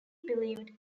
believed